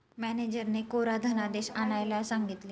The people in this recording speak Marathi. मॅनेजरने कोरा धनादेश आणायला सांगितले